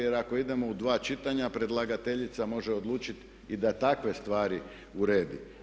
Jer kao idemo u dva čitanja predlagateljica može odlučit i da takve stvari uredi.